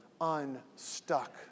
unstuck